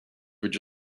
would